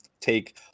take